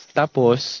tapos